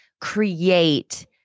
create